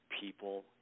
people